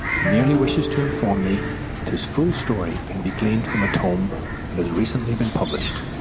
he merely wishes to inform me that his full story can be gleaned from a tome that has recently been published,